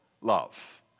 love